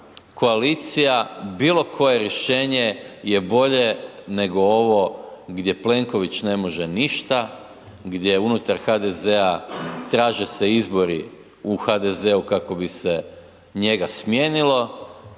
koalicija, bilo koje rješenje je bolje nego ovo gdje Plenković ne može ništa, gdje unutar HDZ-a traže se izbori u HDZ-u kako bi se njega smijenilo.